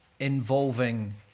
involving